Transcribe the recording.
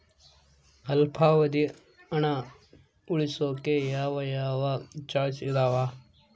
ಅಲ್ಪಾವಧಿ ಹಣ ಉಳಿಸೋಕೆ ಯಾವ ಯಾವ ಚಾಯ್ಸ್ ಇದಾವ?